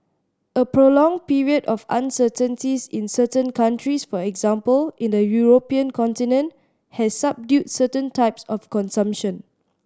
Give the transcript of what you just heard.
a prolonged period of uncertainties in certain countries for example in the European continent has subdued certain types of consumption